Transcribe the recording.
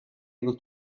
able